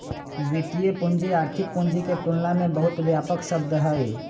वित्तीय पूंजी आर्थिक पूंजी के तुलना में बहुत व्यापक शब्द हई